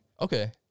Okay